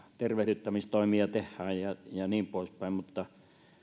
tervehdyttämistoimia tehdään ja ja niin poispäin mutta